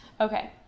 Okay